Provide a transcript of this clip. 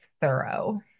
thorough